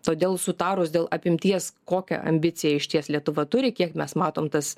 todėl sutarus dėl apimties kokią ambiciją išties lietuva turi kiek mes matom tas